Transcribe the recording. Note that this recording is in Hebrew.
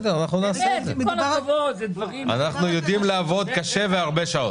אנחנו יודעים לעבוד קשה והרבה שעות.